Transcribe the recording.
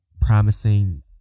promising